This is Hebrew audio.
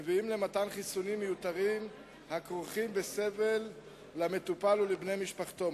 מביאים למתן חיסונים מיותרים הכרוכים בסבל למטופל ולבני משפחתו.